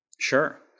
Sure